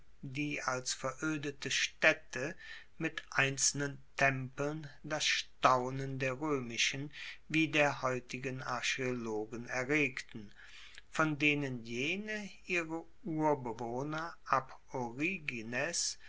die als veroedete staedte mit einzelnen tempeln das staunen der roemischen wie der heutigen archaeologen erregten von denen jene ihre urbewohner